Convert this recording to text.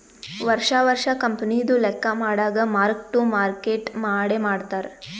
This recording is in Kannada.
ವರ್ಷಾ ವರ್ಷಾ ಕಂಪನಿದು ಲೆಕ್ಕಾ ಮಾಡಾಗ್ ಮಾರ್ಕ್ ಟು ಮಾರ್ಕೇಟ್ ಮಾಡೆ ಮಾಡ್ತಾರ್